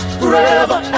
forever